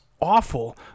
awful